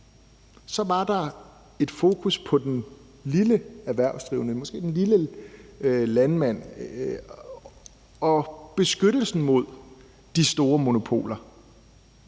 var der et fokus på den lille erhvervsdrivende, måske den lille landmand, og beskyttelsen mod de store monopoler,